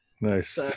nice